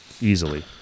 easily